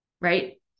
right